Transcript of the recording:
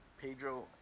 Pedro